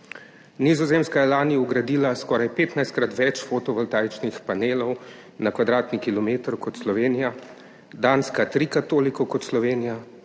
Nizozemska je lani vgradila skoraj petnajstkrat več fotovoltaičnih panelov na kvadratni kilometer kot Slovenija, Danska trikrat toliko kot Slovenija,